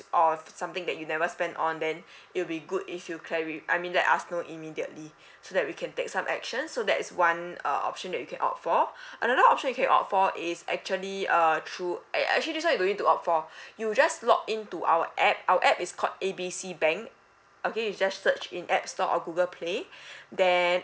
or something that you never spend on then it'll be good if you clari~ I mean let us know immediately so that we can take some action so that is one uh option that you can opt for another option you can opt for is actually uh through a~ actually this [one] you don't need to opt for you just log in to our app our app is called A B C bank okay you just search in app store or google play then